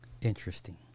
Interesting